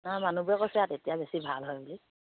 মানুহবোৰে কৈছে আৰু এতিয়া বেছি ভাল হয় বুলি